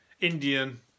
Indian